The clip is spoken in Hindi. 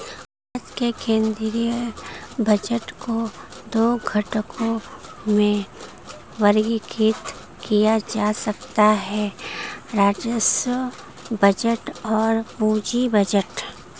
भारत के केंद्रीय बजट को दो घटकों में वर्गीकृत किया जा सकता है राजस्व बजट और पूंजी बजट